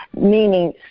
meaning